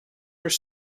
were